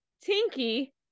Tinky